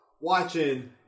watching